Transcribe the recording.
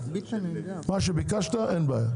מה שביקשת אין בעיה.